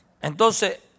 Entonces